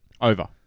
over